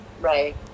Right